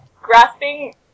Grasping